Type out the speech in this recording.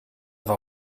war